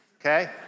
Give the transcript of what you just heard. okay